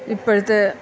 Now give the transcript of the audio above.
ഇപ്പോഴത്തെ